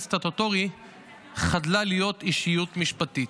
סטטוטורי חדלה להיות אישיות משפטית.